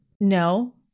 No